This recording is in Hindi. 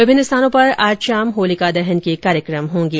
विभिन्न स्थानों पर आज शाम होलिका दहन के कार्यक्रम होगें